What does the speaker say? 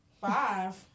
Five